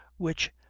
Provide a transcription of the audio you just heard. which,